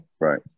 Right